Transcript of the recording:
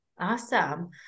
Awesome